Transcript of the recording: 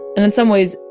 and in some ways,